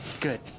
Good